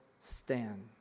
stand